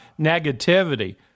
negativity